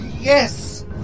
Yes